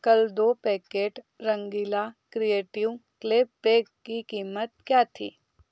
कल दो packet Rangeela creative clay pack की कीमत क्या थी